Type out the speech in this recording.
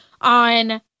on